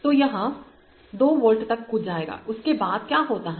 तो यह 2 वोल्ट तक कूद जाएगा उसके बाद क्या होता है